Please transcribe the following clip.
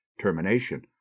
termination